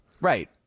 Right